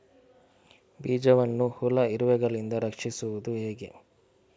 ಬೀಜವನ್ನು ಹುಳ, ಇರುವೆಗಳಿಂದ ರಕ್ಷಿಸುವುದು ಹೇಗೆ?